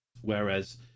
Whereas